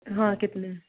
हाँ कितने